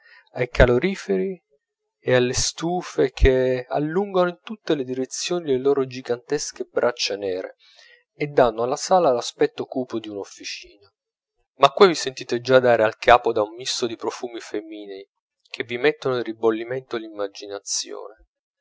ai caloriferi e alle stufe che allungano in tutte le direzioni le loro gigantesche braccia nere e danno alla sala l'aspetto cupo d'un'officina ma qui vi sentite già dare al capo un misto di profumi femminei che vi mettono in ribollimento l'immaginazione